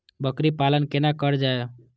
बकरी पालन केना कर जाय?